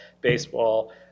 baseball